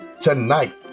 Tonight